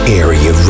area